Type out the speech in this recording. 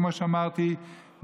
כמו שאמרתי,